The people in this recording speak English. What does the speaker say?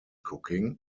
cooking